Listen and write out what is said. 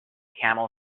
camel